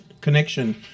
connection